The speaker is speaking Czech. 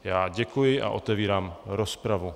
Já děkuji a otevírám rozpravu.